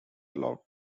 allowed